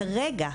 כרגע,